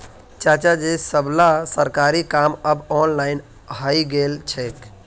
चाचाजी सबला सरकारी काम अब ऑनलाइन हइ गेल छेक